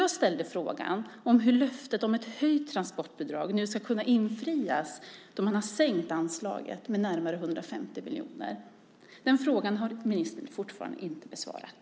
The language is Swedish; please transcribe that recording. Jag ställde frågan om hur löftet om ett höjt transportbidrag nu ska kunna infrias då man har sänkt anslaget med närmare 150 miljoner. Den frågan har ministern fortfarande inte besvarat.